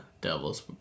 devils